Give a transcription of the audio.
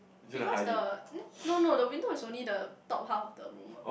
because the n~ no no the window is only the top half of the room what